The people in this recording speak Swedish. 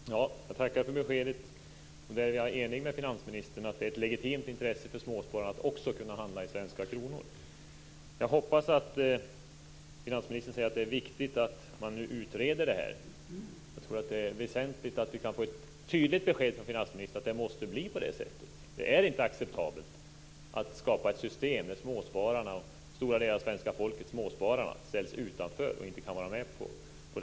Fru talman! Jag tackar för beskedet. Jag är enig med finansministern om att det är ett legitimt intresse för småspararna att också kunna handla i svenska kronor. Finansministern säger att det är viktigt att man nu utreder frågan. Jag tror att det är väsentligt att vi kan få ett tydligt besked från finansministern om att det måste bli på det sättet. Det är inte acceptabelt att man skapar ett system där stora delar av svenska folket - småspararna - ställs utanför och inte kan vara med.